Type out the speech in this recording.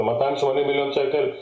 אלה 280 מיליון שקלים,